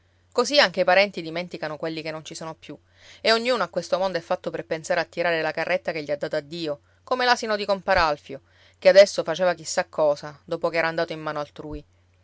così anche i parenti dimenticano quelli che non ci sono più e ognuno a questo mondo è fatto per pensare a tirare la carretta che gli ha data dio come l'asino di compar alfio che adesso faceva chissà cosa dopo che era andato in mano altrui